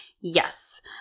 Yes